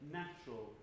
natural